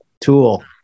tool